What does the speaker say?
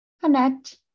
connect